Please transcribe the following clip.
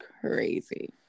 crazy